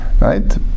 Right